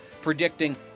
predicting